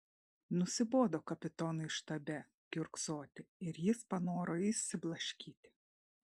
nusibodo kapitonui štabe kiurksoti ir jis panoro išsiblaškyti